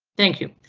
thank you.